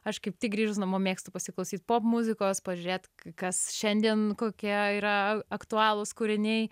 aš kaip tik grįžus namo mėgstu pasiklausyti popmuzikos pažiūrėt kas šiandien kokia yra aktualūs kūriniai